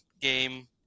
game